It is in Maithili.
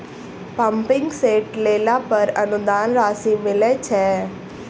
पम्पिंग सेट लेला पर अनुदान राशि मिलय छैय?